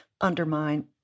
undermine